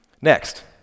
Next